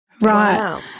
Right